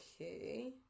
Okay